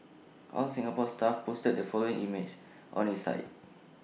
All Singapore Stuff posted the following image on its site